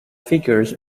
figures